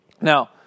Now